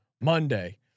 Monday